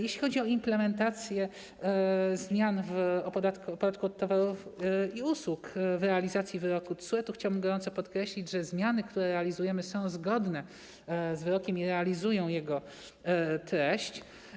Jeśli chodzi o implementację zmian w podatku od towarów i usług w realizacji wyroku TSUE, to chciałbym gorąco podkreślić, że zmiany, które wdrażamy, są zgodne z wyrokiem i realizują jego treść.